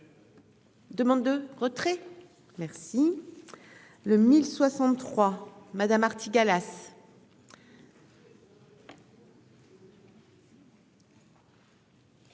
Demande de retrait, merci le 1063 madame Artigalas.